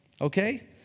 Okay